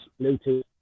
Bluetooth